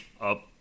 up